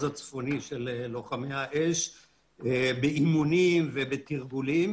הצפוני של לוחמי האש באימונים ובתרגולים,